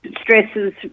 stresses